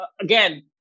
again